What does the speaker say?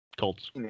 Colts